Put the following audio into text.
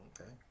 Okay